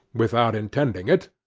without intending it,